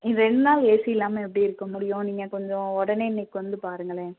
ரெண்டு நாள் ஏசி இல்லாமல் எப்படி இருக்க முடியும் நீங்கள் கொஞ்சம் உடனே இன்னைக்கு வந்து பாருங்களேன்